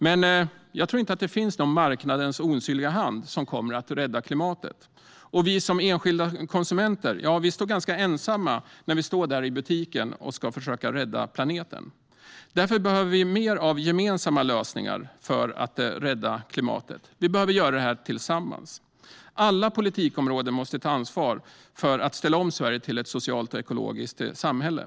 Jag tror dock inte att det finns någon marknadens osynliga hand som kommer att rädda klimatet. Som enskilda konsumenter är vi ganska ensamma när vi står i butiken och ska försöka rädda planeten. Vi behöver därför fler gemensamma lösningar för att rädda klimatet. Vi behöver göra detta tillsammans. Alla politikområden måste ta ansvar för att ställa om Sverige till ett socialt och ekologiskt samhälle.